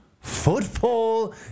Football